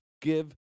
Give